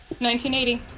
1980